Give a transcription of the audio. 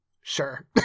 sure